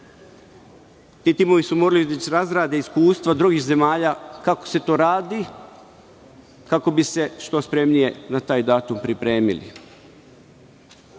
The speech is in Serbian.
Ti timovi su morali već da razrade iskustva drugih zemalja kako se to radi, kako bi se što spremnije na taj datum pripremili. Životna